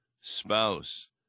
spouse